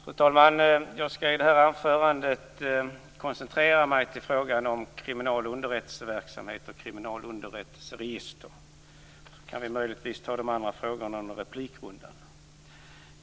Fru talman! Jag skall i detta anförande koncentrera mig på frågan om kriminalunderrättelseverksamhet och kriminalunderrättelseregister. Möjligen kan vi ta övriga frågor under replikrundan.